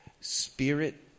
spirit